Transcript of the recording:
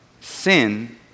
sin